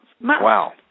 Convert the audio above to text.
Wow